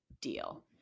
deal